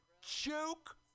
Joke